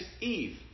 Eve